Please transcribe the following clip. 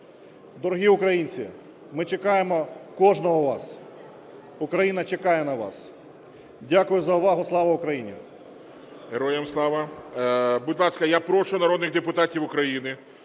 Дорогі українці, ми чекаємо кожного із вас, Україна чекає на вас. Дякую за увагу. Слава Україні! ГОЛОВУЮЧИЙ. Героям Слава! Будь ласка, я прошу народних депутатів України